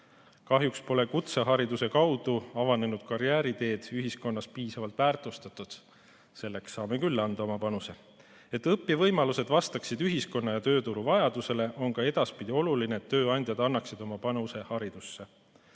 Kahjuks pole kutsehariduse kaudu avanenud karjääriteed ühiskonnas piisavalt väärtustatud. Siin saame küll anda oma panuse. Et õpivõimalused vastaksid ühiskonna ja tööturu vajadustele, on ka edaspidi oluline, et tööandjad annaksid oma panuse haridusse.